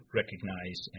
recognize